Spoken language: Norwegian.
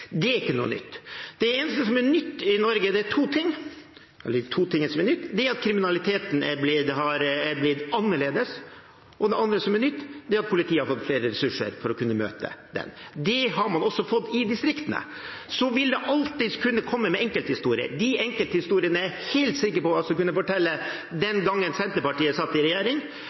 Det er ikke noe nytt. Det som er nytt i Norge, er to ting. Det er at kriminaliteten er blitt annerledes, og – det andre som er nytt – at politiet har fått flere ressurser for å kunne møte den. Det har man også fått i distriktene. Så vil man alltid kunne komme med enkelthistorier. De enkelthistoriene er jeg helt sikker på at jeg også kunne fortalt den gangen Senterpartiet satt i regjering.